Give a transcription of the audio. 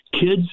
kids